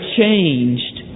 changed